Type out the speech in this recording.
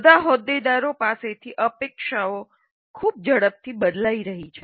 બધા હોદ્દેદારો પાસેથી અપેક્ષાઓ ખૂબ ઝડપથી બદલાઈ રહી છે